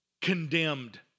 condemned